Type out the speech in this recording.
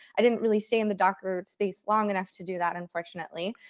i didn't really stay in the docker space long enough to do that, unfortunately.